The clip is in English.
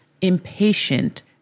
impatient